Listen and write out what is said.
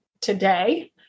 today